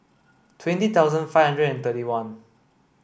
twenty thousand five hundred and thirty one